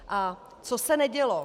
A co se nedělo?